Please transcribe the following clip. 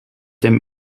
him